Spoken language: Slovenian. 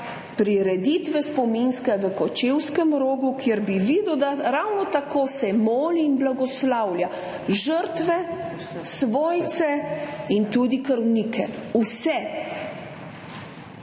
prireditve v Kočevskem rogu, kjer bi videl, da se ravno tako moli in blagoslavlja žrtve, svojce in tudi krvnike, vse.